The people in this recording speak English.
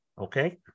okay